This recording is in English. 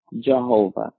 Jehovah